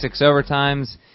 SixOvertimes